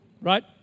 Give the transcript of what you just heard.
right